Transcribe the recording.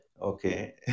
okay